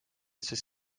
sest